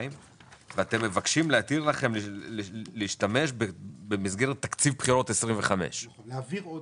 ואתם מבקשים להתיר לכם להשתמש במסגרת תקציב בחירות 25. להעביר עודף,